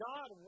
God